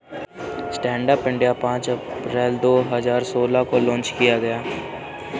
stand up India पांच अप्रैल दो हजार सोलह को लॉन्च किया गया